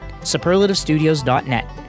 superlativestudios.net